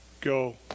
go